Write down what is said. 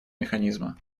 механизма